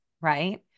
right